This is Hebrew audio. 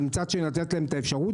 אבל מצד שני לתת להם את האפשרות.